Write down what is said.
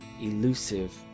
elusive